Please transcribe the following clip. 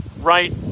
right